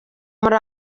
muri